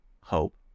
hope